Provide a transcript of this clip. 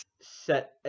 set